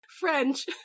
French